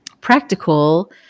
practical